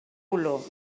olor